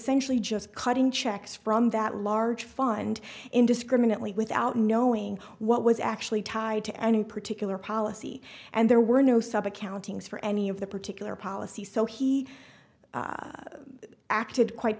sentially just cutting checks from that large fund indiscriminately without knowing what was actually tied to any particular policy and there were no such accountings for any of the particular policy so he acted quite